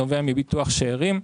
נובע מביטוח שארים,